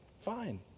Fine